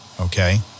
okay